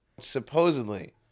supposedly